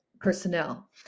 personnel